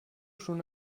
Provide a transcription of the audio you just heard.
schon